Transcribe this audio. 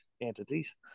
entities